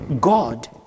God